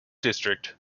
district